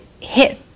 hit